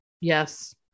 Yes